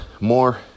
more